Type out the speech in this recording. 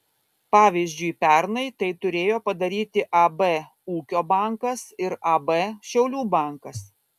pavyzdžiui pernai tai turėjo padaryti ab ūkio bankas ir ab šiaulių bankas